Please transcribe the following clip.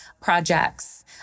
projects